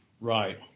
Right